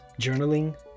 journaling